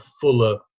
fuller